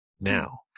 now